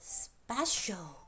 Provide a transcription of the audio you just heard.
special